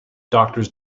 doctors